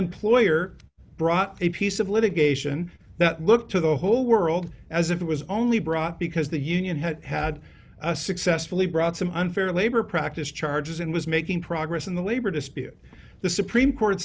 employer brought a piece of litigation that looked to the whole world as if it was only brought because the union had had a successfully brought some unfair labor practice charges and was making progress in the labor dispute the supreme court